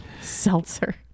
Seltzer